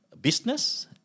business